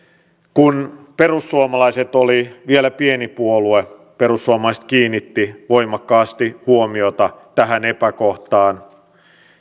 kun perussuomalaiset oli vielä pieni puolue perussuomalaiset kiinnitti voimakkaasti huomiota tähän epäkohtaan